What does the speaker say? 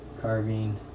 carving